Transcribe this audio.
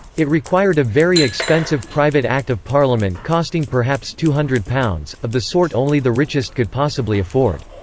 it required a very expensive private act of parliament costing perhaps two hundred pounds, of the sort only the richest could possibly afford.